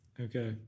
okay